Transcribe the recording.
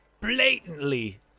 blatantly